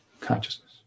consciousness